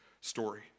story